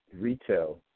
Retail